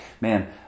man